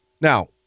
Now